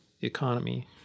economy